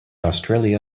australia